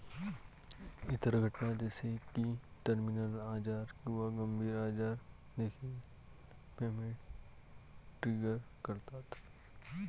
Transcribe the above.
इतर घटना जसे की टर्मिनल आजार किंवा गंभीर आजार देखील पेमेंट ट्रिगर करतात